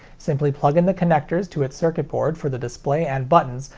simply plug in the connectors to its circuit board for the display and buttons,